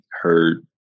heard